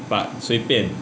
but 随便